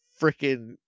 freaking